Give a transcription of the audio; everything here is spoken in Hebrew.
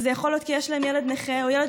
וזה יכול להיות כי יש להם ילד נכה או ילד